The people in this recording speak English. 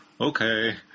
okay